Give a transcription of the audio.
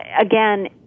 again